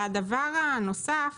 הדבר הנוסף